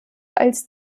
als